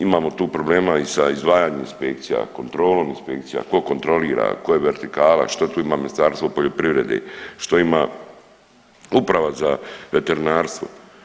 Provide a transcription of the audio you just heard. Imamo tu problema i sa izdvajanjem inspekcija, kontrolom inspekcija, tko kontrolira, tko je vertikala, što tu ima Ministarstvo poljoprivrede, što ima uprava za veterinarstvo.